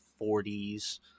40s